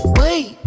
wait